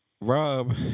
rob